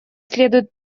следует